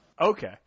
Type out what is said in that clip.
Okay